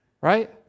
right